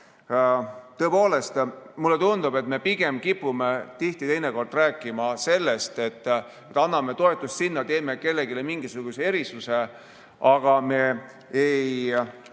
Tõepoolest, mulle tundub, et me pigem kipume teinekord rääkima sellest, et anname toetust, teeme kellelegi mingisuguse erisuse, me ei